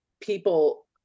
people